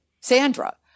Sandra